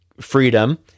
freedom